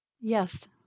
Yes